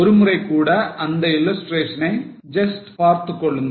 ஒருமுறைகூட இந்த illustration ஐ just பார்த்துக்கொள்ளுங்கள்